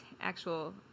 actual